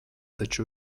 taču